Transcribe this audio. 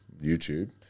YouTube